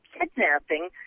kidnapping